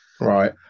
Right